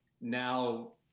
now